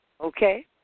okay